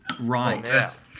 Right